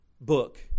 book